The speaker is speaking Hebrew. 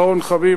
אחרון חביב,